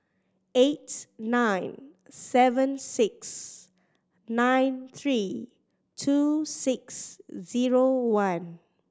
eight nine seven six nine three two six zero one